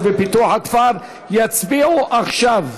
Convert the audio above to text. יצביעו עכשיו,